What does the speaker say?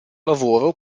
lavoro